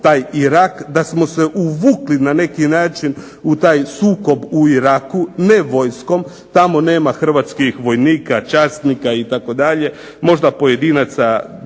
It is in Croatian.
da smo se uvukli na neki način u taj sukob u Iraku, ne vojskom, tamo nema hrvatskih vojnika, časnika itd., možda pojedinaca